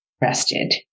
rested